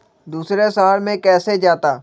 दूसरे शहर मे कैसे जाता?